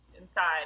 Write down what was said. inside